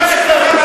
מי שחרר,